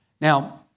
Now